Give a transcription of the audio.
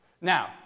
Now